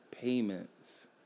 payments